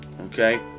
Okay